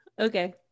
Okay